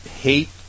hate